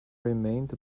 remained